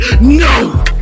no